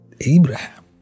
Abraham